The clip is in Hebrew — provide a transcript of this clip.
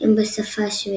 הם בשפה השוודית.